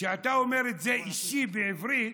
כשאתה אומר את זה, "אישי" בעברית,